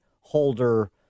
holder